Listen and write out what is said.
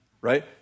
right